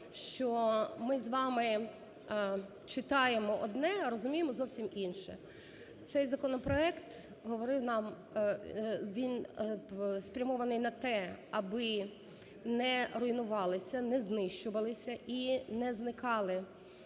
що ми з вами читаємо, а розуміємо зовсім інше. Цей законопроект говорив нам… він спрямований на те, аби не руйнувалися, не знищувалися і не зникали